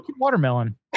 watermelon